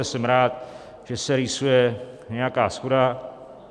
Jsem rád, že se rýsuje nějaká shoda.